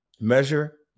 measure